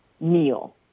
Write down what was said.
meal